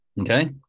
okay